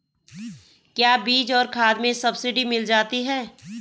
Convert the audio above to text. क्या बीज और खाद में सब्सिडी मिल जाती है?